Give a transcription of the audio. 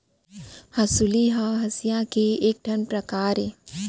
हँसुली ह हँसिया के एक ठन परकार अय